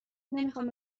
نمیخوام